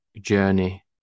journey